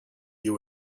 you